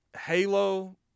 Halo